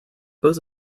was